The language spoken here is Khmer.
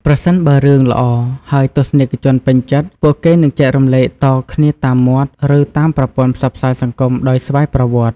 ប្រសិនបើរឿងល្អហើយទស្សនិកជនពេញចិត្ត ពួកគេនឹងចែករំលែកតគ្នាតាមមាត់ ឬតាមប្រព័ន្ធផ្សព្វផ្សាយសង្គមដោយស្វ័យប្រវត្តិ។